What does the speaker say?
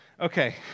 Okay